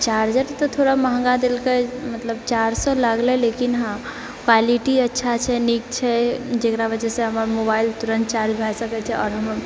charger तऽ थोड़ा महँगा दलकै मतलब चारि सए लागलै लेकिन हाँ क्वालिटी अच्छा छै नीक छै जेकरा वजहसँ हमर मोबाइल तुरन्त चार्ज भए सकै छै आओर हमर